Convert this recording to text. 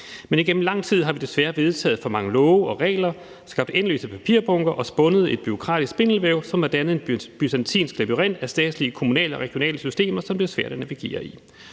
Men igennem lang tid har vi desværre vedtaget for mange love og regler, skabt endeløse papirbunker og spundet et bureaukratisk spindelvæv, som har dannet en byzantinsk labyrint af statslige, kommunale og regionale systemer, som det er svært at navigere i.